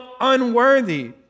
unworthy